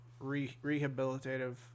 rehabilitative